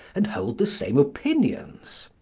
and hold the same opinions.